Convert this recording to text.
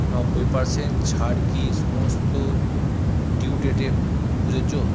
নব্বই পার্সেন্ট ছাড় কি সমস্ত ডিউ ডেটে প্রযোজ্য